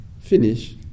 finish